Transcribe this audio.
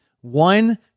One